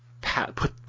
put